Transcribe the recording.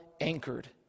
anchored